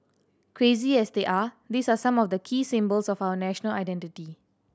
crazy as they are these are some of the key symbols of our national identity